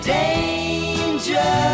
danger